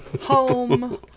Home